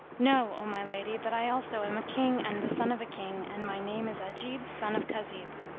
know, o my lady, that i also am a king and the son of a king and my name is ajib son of kazib.